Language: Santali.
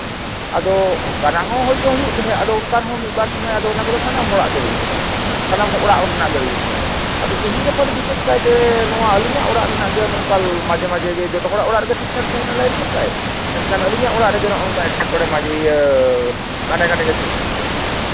ᱟᱫᱚ ᱚᱱᱠᱟᱱᱟᱜ ᱦᱚᱸ ᱦᱩᱭ ᱫᱚ ᱦᱩᱭᱩᱜ ᱛᱟᱦᱮᱸᱫ ᱟᱫᱚ ᱚᱱᱠᱟᱱ ᱦᱚᱸ ᱢᱤᱫ ᱵᱟᱨ ᱥᱚᱢᱚᱭ ᱟᱫᱚ ᱚᱱᱟ ᱠᱚᱫᱚ ᱥᱟᱱᱟᱢ ᱦᱚᱲᱟᱜ ᱜᱮ ᱦᱩᱭᱩᱜ ᱛᱟᱦᱮᱸᱫ ᱥᱟᱱᱟᱢ ᱚᱲᱟᱜ ᱨᱮᱱᱟᱜ ᱜᱮ ᱦᱩᱭᱩᱜ ᱛᱟᱦᱮᱸᱫ ᱟᱫᱚ ᱛᱤᱦᱤᱧ ᱜᱟᱯᱟ ᱫᱚ ᱵᱤᱡᱮᱥ ᱠᱟᱭᱛᱮ ᱱᱚᱣᱟ ᱟᱹᱞᱤᱧᱟᱜ ᱚᱲᱟᱜ ᱨᱮᱱᱟᱜ ᱜᱮ ᱱᱚᱝᱠᱟ ᱢᱟᱡᱷᱮ ᱢᱟᱡᱷᱮ ᱜᱮ ᱡᱚᱛᱚ ᱦᱚᱲᱟᱜ ᱚᱲᱟᱜ ᱨᱮᱜᱮ ᱴᱷᱤᱠᱼᱴᱷᱟᱠ ᱛᱟᱦᱮᱱᱟ ᱞᱟᱭᱤᱱ ᱥᱟᱯᱞᱟᱭ ᱢᱮᱱᱠᱷᱟᱱ ᱟᱹᱞᱤᱧᱟᱜ ᱚᱲᱟᱜ ᱨᱮᱜᱮ ᱱᱚᱜᱼᱚ ᱱᱚᱝᱠᱟ ᱮᱴᱠᱮᱴᱚᱬᱮ ᱤᱭᱟᱹ ᱜᱷᱟᱱᱮ ᱜᱷᱟᱱᱮ ᱜᱮ ᱥᱤᱨᱡᱟᱹᱜ ᱛᱟᱦᱮᱸᱫ ᱟᱨᱠᱤ